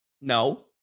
no